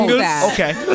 Okay